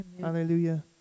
Hallelujah